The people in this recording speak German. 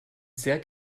sehr